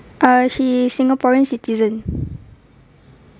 uh she's singaporean citizen